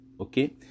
Okay